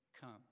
come